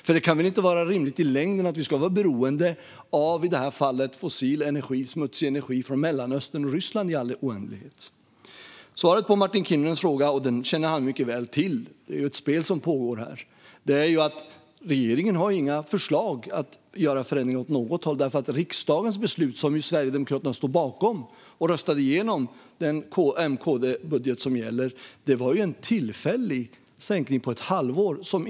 För det kan väl inte vara rimligt i längden att vi ska vara beroende av, i det här fallet, fossil energi och smutsig energi från Mellanöstern och Ryssland i all oändlighet? Svaret på Martin Kinnunens fråga känner han väl till. Det är ett spel som pågår här. Regeringen har inga förslag om att göra förändringar åt något håll. Riksdagens beslut, som ju Sverigedemokraterna stod bakom och röstade igenom i och med att de stödde M-KD-budgeten, var en tillfällig sänkning på ett halvår.